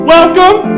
Welcome